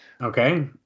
Okay